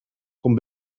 komt